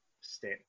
step